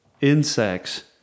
insects